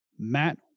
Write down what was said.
Matt